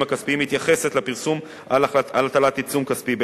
הכספיים מתייחסת לפרסום על הטלת עיצום כספי.